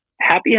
happy